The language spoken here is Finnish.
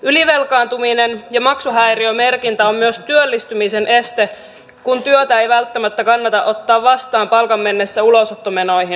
ylivelkaantuminen ja maksuhäiriömerkintä on myös työllistymisen este kun työtä ei välttämättä kannata ottaa vastaan palkan mennessä ulosottomenoihin